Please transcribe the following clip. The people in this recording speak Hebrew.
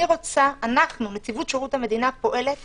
נציבות שירות המדינה פועלת